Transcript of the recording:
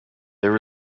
there